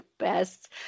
best